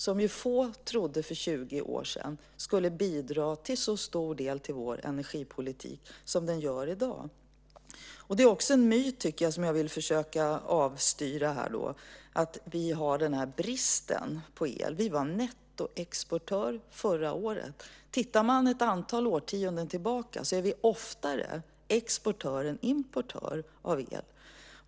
För 20 år sedan trodde få att de skulle bidra till en så stor del av vår energipolitik som de gör i dag. Det är också en myt, som jag vill försöka avstyra här, att vi har brist på el. Vi var nettoexportör förra året. Tittar man ett antal årtionden tillbaka har vi oftare varit exportör än importör av el.